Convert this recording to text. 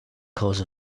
cause